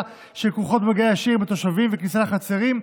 הכרוכות במגע ישיר עם התושבים וכניסה לחצרים,